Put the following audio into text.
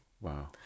Wow